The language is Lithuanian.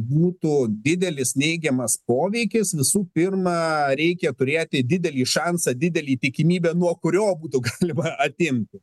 būtų didelis neigiamas poveikis visų pirma reikia turėti didelį šansą didelį tikimybę nuo kurio būtų galima atimti